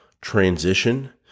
transition